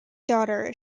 daughter